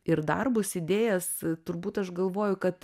ir darbus idėjas turbūt aš galvoju kad